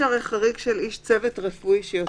זה חריג של איש צוות רפואי היוצא במסגרת תפקידו.